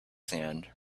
sand